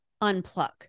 unplug